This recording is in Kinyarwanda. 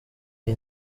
iyi